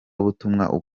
gutangaza